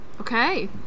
Okay